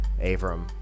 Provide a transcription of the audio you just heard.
Avram